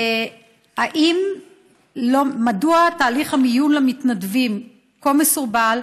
מדוע תהליך המיון למתנדבים כה מסורבל,